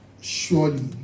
surely